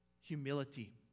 humility